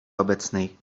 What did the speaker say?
obecnej